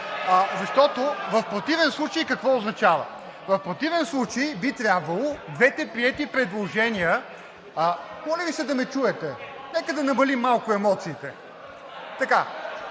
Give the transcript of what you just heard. защото в противен случай какво означава? В противен случай би трябвало двете приети предложения…(Шум и реплики.) Моля Ви се да ме чуете! Нека да намалим малко емоциите. В